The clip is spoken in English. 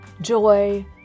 joy